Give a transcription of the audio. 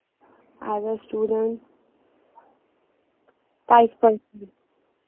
as a student five person